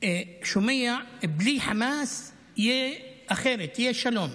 בלי חמאס יהיה אחרת, יהיה שלום.